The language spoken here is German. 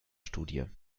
studie